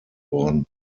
worden